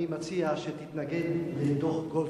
אני מציע שתתנגד לדוח-גולדסטון.